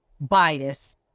bias